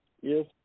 Yes